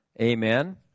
Amen